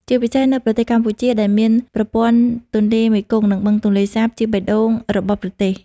ជាពិសេសនៅប្រទេសកម្ពុជា ដែលមានប្រព័ន្ធទន្លេមេគង្គ និងបឹងទន្លេសាបជាបេះដូងរបស់ប្រទេស។